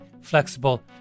flexible